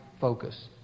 focus